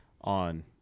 on